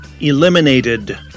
Eliminated